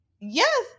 Yes